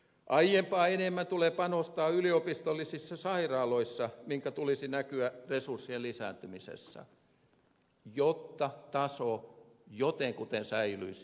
aiempaa enemmän tulee panostaa yliopistollisissa sairaaloissa minkä tulisi näkyä resurssien lisääntymisessä jotta taso jotenkuten säilyisi